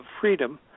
freedom